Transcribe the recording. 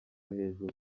hejuru